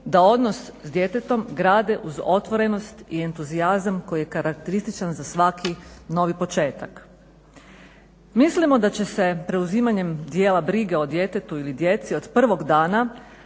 da odnos s djetetom grade uz otvorenost i entuzijazam koji je karakterističan za svaki novi početak. Mislimo da će se preuzimanjem djela brige o djetetu ili djeci od prvog dana